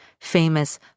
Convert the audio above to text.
famous